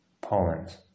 Poland